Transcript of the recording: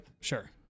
sure